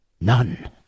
none